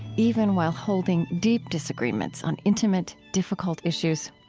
even while holding deep disagreements on intimate, difficult issues?